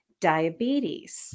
diabetes